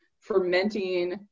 fermenting